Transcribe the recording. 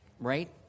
right